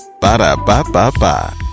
Ba-da-ba-ba-ba